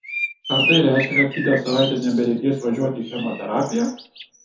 ar tai reiškia kad kitą savaitę nebereikės važiuoti į chemoterapiją